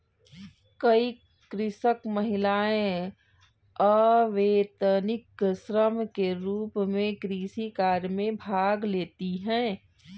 कई कृषक महिलाएं अवैतनिक श्रम के रूप में कृषि कार्य में भाग लेती हैं